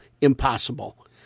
impossible